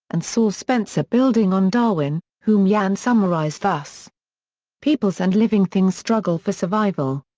and saw spencer building on darwin, whom yan summarized thus peoples and living things struggle for survival.